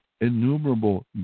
innumerable